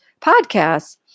podcasts